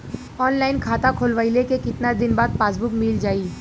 Online खाता खोलवईले के कितना दिन बाद पासबुक मील जाई?